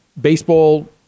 baseball